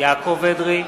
יעקב אדרי,